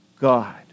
God